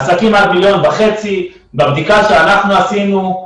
עסקים עד מיליון וחצי, בבדיקה שאנחנו עשינו,